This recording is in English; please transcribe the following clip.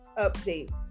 update